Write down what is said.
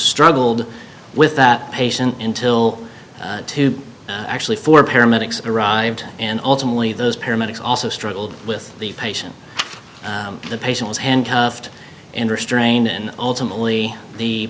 struggled with that patient until actually four paramedics arrived and ultimately those paramedics also struggled with the patient the patient was handcuffed and restrained and ultimately the